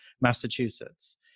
Massachusetts